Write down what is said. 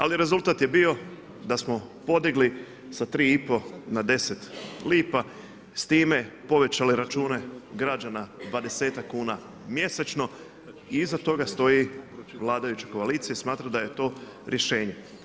Ali, rezultat je bio da smo podigli sa 3,5 na 10 lipa, s time povećali račune građana 20-tak kuna mjesečno i iza toga stoji vladajuća koalicija i smatra da je to rješenje.